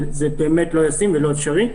זה לא ישים ולא אפשרי.